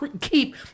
keep